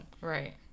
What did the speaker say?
Right